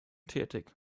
tätig